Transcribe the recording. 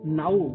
now